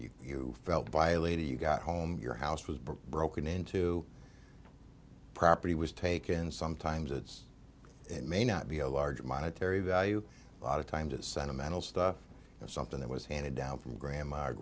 you you felt violated you got home your house was broken into property was taken sometimes it's it may not be a large monetary value a lot of times it's sentimental stuff and something that was handed down from grandma grand